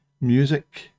music